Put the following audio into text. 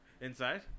Inside